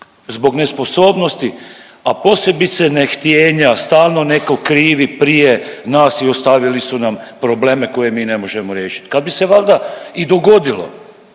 zbog nesposobnosti, a posebice ne htjenja, stalno neko krivi prije nas i ostavili su nam probleme koje mi ne možemo riješit. Kad bi se valda i dogodilo,